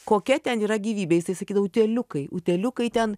kokia ten yra gyvybė jisai sakydavo utėliukai utėliukai ten